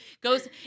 goes